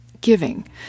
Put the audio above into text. Giving